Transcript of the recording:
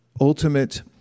ultimate